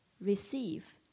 receive